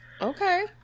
Okay